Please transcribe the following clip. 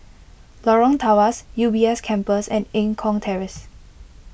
Lorong Tawas U B S Campus and Eng Kong Terrace